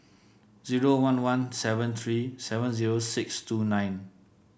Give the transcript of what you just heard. zero one one seven three seven zero six two nine